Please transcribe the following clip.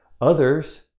Others